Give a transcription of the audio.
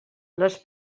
les